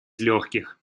легких